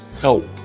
help